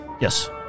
Yes